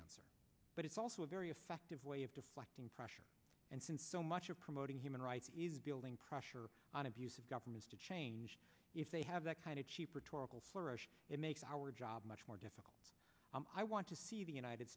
answer but it's also a very effective way of deflecting pressure and since so much of promoting human rights is building pressure on abusive governments to change if they have that kind of cheap rhetorical flourish it makes our job much more difficult i want to see the united